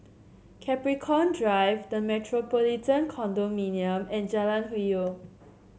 Capricorn Drive The Metropolitan Condominium and Jalan Hwi Yoh